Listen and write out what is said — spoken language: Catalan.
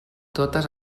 totes